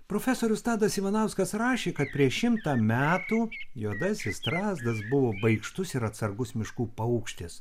profesorius tadas ivanauskas rašė kad prieš šimtą metų juodasis strazdas buvo baikštus ir atsargus miškų paukštis